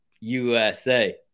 USA